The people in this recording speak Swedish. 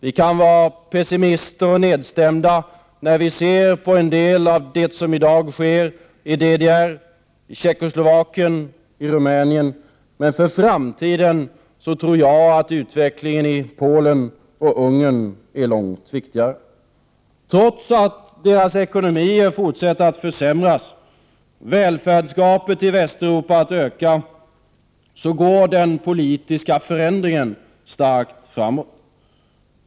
Vi kan vara pessimistiska och nedstämda när vi ser på en del av det som i dag sker i DDR, i Tjeckoslovakien, i Rumänien, men för framtiden tror jag att utvecklingen i Polen och Ungern är långt viktigare. Trots att deras ekonomier fortsätter att försämras och välfärdsgapet till Västeuropa att öka, går den politiska förändringen starkt framåt.